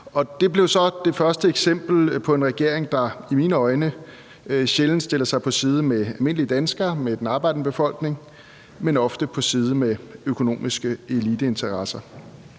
Det blev så det første eksempel på en regering, der i mine øjne sjældent stiller sig på almindelige danskeres side, den arbejdende befolknings side, men ofte på økonomiske eliteinteressers